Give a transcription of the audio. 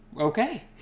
Okay